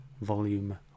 Volume